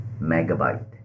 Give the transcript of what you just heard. megabyte